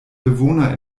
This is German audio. bewohner